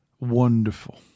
Wonderful